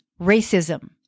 racism